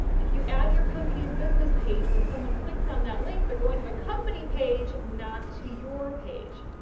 if you add your company's business page, when someone clicks on that link, they're going to the company page not to your page.